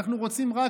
אנחנו רוצים רק